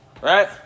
right